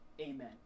Amen